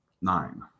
Nine